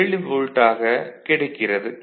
7 வோல்ட்டாக கிடைக்கிறது